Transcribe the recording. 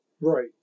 Right